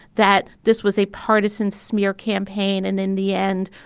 that this was a partisan smear campaign. and in the end,